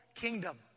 kingdom